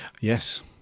yes